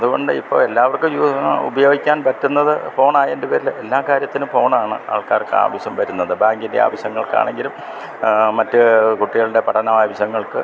അത്കൊണ്ട് ഇപ്പോൾ എല്ലാവർക്കും ഇതിന് ഉപയോഗിക്കാൻ പറ്റുന്നത് ഫോണായേൻ്റെ പേരിൽ എല്ലാ കാര്യത്തിനും ഫോണാണ് ആൾക്കാർക്ക് ആവശ്യം വരുന്നത് ബാങ്കിൻ്റെ ആവശ്യങ്ങൾക്ക് ആണെങ്കിലും മറ്റ് കുട്ടികളുടെ പഠനം ആവശ്യങ്ങൾക്ക്